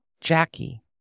Jackie